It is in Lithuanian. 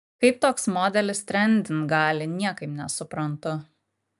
kaip toks modelis trendint gali niekaip nesuprantu